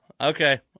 Okay